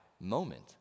moment